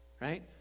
Right